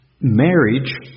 marriage